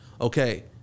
Okay